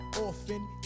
orphan